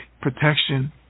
protection